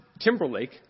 Timberlake